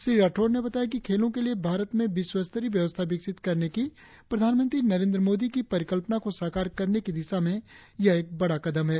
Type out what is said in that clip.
श्री राठौड़ ने बताया कि खेलों के लिए भारत में विश्व स्तरीय व्यवस्था विकसित करने की प्रधानमंत्री नरेंद्र मोदी की परिकल्पना को साकार करने की दिशा में यह एक बड़ा कदम है